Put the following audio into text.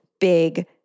big